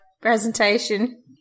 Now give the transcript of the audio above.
presentation